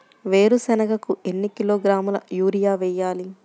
వేరుశనగకు ఎన్ని కిలోగ్రాముల యూరియా వేయాలి?